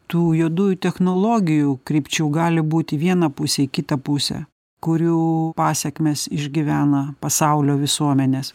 tų juodųjų technologijų krypčių gali būt į vieną pusę į kitą pusę kurių pasekmes išgyvena pasaulio visuomenės